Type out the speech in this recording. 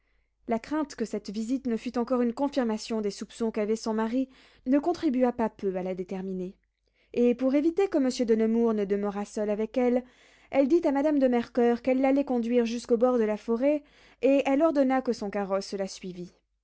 la crainte que cette visite ne fût encore une confirmation des soupçons qu'avait son mari ne contribua pas peu à la déterminer et pour éviter que monsieur de nemours ne demeurât seul avec elle elle dit à madame de mercoeur qu'elle l'allait conduire jusqu'au bord de la forêt et elle ordonna que son carrosse la suivît